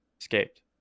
escaped